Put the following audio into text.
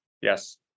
Yes